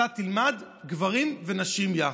אתם תלמדו גברים ונשים יחד.